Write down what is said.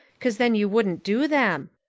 cause then you wouldn't do them.